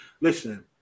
listen